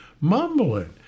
mumbling